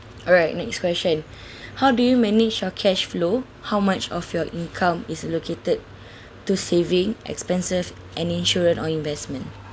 alright next question how do you manage your cash flow how much of your income is allocated to saving expenses and insurance or investment